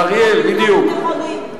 לאריאל, בדיוק.